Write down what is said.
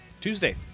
Tuesday